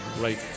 right